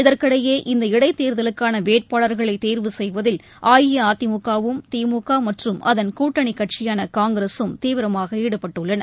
இதற்கிடையே இந்த இடைத் தேர்தலுக்கான வேட்பாளர்களை தேர்வு செய்வதில் அஇஅதிமுகவும் திமுக மற்றும் அதன் கூட்டணிக் கட்சியான காங்கிரசும் தீவிரமாக ஈடுபட்டுள்ளன